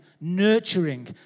nurturing